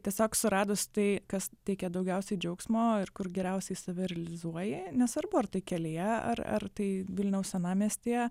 tiesiog suradus tai kas teikia daugiausiai džiaugsmo ir kur geriausiai save realizuoji nesvarbu ar tai kelyje ar ar tai vilniaus senamiestyje